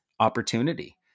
opportunity